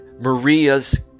Maria's